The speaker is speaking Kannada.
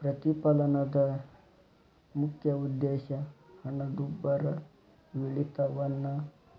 ಪ್ರತಿಫಲನದ ಮುಖ್ಯ ಉದ್ದೇಶ ಹಣದುಬ್ಬರವಿಳಿತವನ್ನ